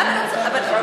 למה לא צריך?